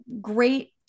great